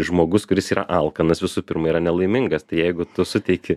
žmogus kuris yra alkanas visų pirma yra nelaimingas tai jeigu tu suteiki